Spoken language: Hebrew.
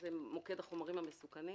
זה מוקד החומרים המסוכנים,